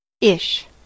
Ish